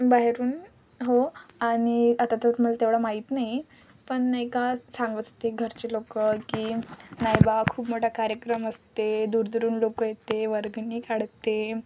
बाहेरून हो आणि आता तर मला तेवढं माहीत नाही पण नाही का सांगत होते घरचे लोक की नाही बा खूप मोठा कार्यक्रम असते दूरदूरून लोक येते वर्गणी काढते